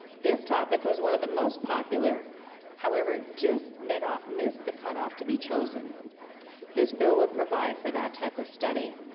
this topic was one of the most popular however just mid ah up missed the cutoff to be chosen this bill would provide for that type of study